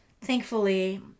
thankfully